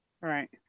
Right